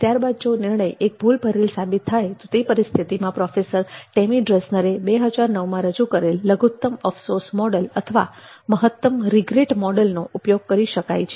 ત્યારબાદ જો નિર્ણય એક ભૂલ ભરેલ સાબિત થાય તો તે પરિસ્થિતિમાં પ્રોફેસર ટેમી ડ્રેઝનરે 2009માં રજુ કરેલ લઘુત્તમ અફસોસ મોડલ નો ઉપયોગ કરી શકાય છે